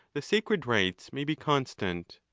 the sacred rites may be constant.